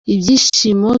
ibyishimo